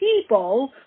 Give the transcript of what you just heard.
people